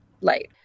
light